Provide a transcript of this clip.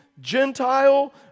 Gentile